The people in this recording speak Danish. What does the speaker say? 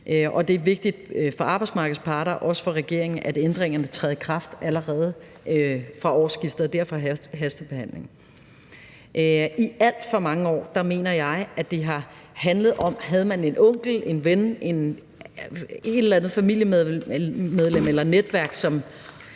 Det er vigtigt for arbejdsmarkedets parter og også for regeringen, at ændringerne træder i kraft allerede fra årsskiftet, og derfor blev det en hastebehandling. I alt for mange år, mener jeg, har det handlet om at have en onkel, en ven, et eller andet familiemedlem eller netværk,